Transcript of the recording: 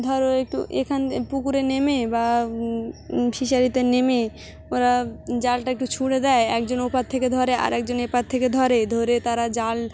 ধরো একটু এখান পুকুরে নেমে বা ফিশারিতে নেমে ওরা জালটা একটু ছুঁড়ে দেয় একজন ওপার থেকে ধরে আরে একজন এপার থেকে ধরে ধরে তারা জাল